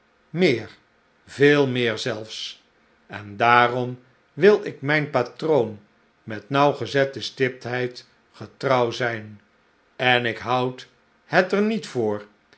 meer veel meer zelfs en daarom wil ik mijn patroon met nauwgezette stiptheid getrouw zijn en ik houd het er niet voor